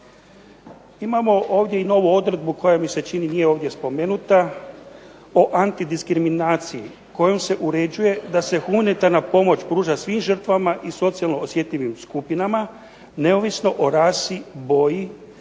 Imao ovdje i novu odredbu koja mi se čini nije ovdje spomenuta o antidiskriminaciji kojom se uređuje da se humanitarna pomoć pruža svim žrtvama i socijalno osjetljivim skupinama neovisno o rasi, boji